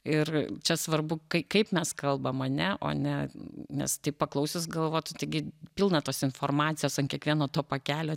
ir čia svarbu kaip mes kalbam ane o ne nes taip paklausius galvotų taigi pilna tos informacijos ant kiekvieno to pakelio